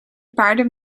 paarden